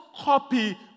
copy